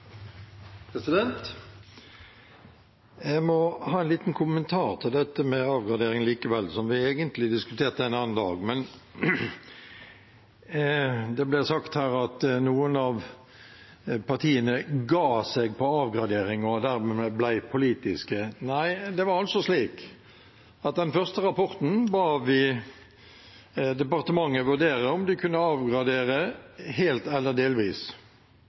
Jeg må likevel ha en liten kommentar til dette med avgradering, som vi egentlig diskuterte en annen dag. Det ble sagt her at noen av partiene ga seg på avgradering og dermed ble politiske. Nei, det var slik at den første rapporten ba vi departementet vurdere om de kunne avgradere helt eller delvis.